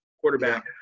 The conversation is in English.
quarterback